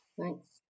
Thanks